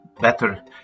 better